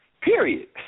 period